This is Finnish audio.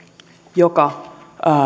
joka